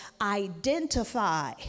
identify